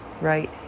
right